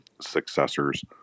successors